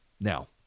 Now